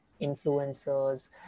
influencers